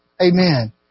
Amen